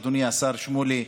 אדוני השר שמולי.